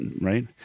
right